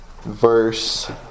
verse